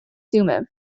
thummim